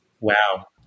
Wow